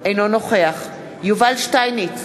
אינו נוכח יובל שטייניץ,